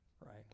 right